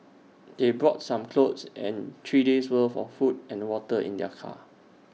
they brought some clothes and three days' worth of food and water in their car